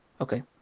Okay